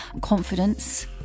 Confidence